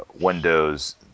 Windows